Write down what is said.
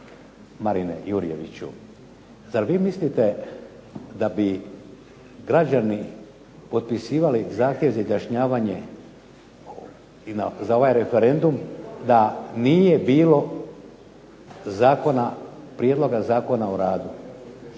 Marine Jurjeviću, zar vi mislite da bi građani potpisivali zahtjev za izjašnjavanje za ovaj referendum da nije bilo Prijedloga zakona o radu.